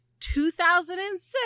2006